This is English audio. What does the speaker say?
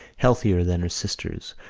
healthier than her sister's,